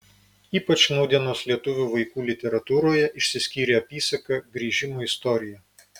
ypač nūdienos lietuvių vaikų literatūroje išsiskyrė apysaka grįžimo istorija